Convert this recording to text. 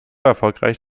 erfolgreich